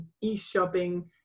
e-shopping